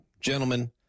gentlemen